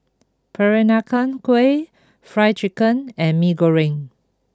Peranakan Kueh Fried Chicken and Mee Goreng